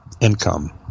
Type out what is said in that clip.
income